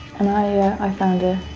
and i found a